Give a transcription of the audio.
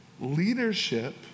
leadership